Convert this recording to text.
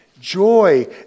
Joy